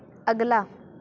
ਅਗਲਾ